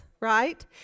right